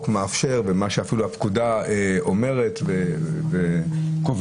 מאפשר ואפילו ממה שהפקודה אומרת וקובעת.